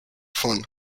fun